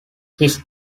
his